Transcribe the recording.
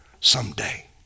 someday